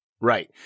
right